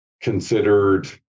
considered